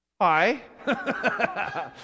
Hi